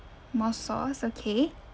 more sauce okay